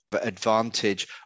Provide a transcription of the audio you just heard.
advantage